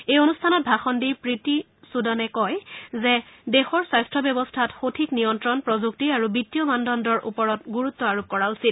এই অনুষ্ঠানত ভাষণ দি প্ৰীতি সূদনে কয় যে দেশৰ স্বাস্থ্য ব্যৱস্থাত সঠিক নিয়ন্ত্ৰণ প্ৰযুক্তি আৰু বিত্তীয় মানদণ্ডৰ ওপৰত গুৰুত্ব আৰোপ কৰা উচিত